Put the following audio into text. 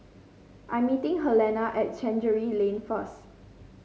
I'm meeting Helena at Chancery Lane first